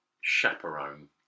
chaperone